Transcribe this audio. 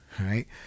right